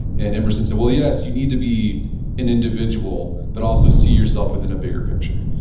and emerson said, well, yes, you need to be an individual, but also see yourself within a bigger picture.